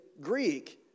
Greek